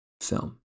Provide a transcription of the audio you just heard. film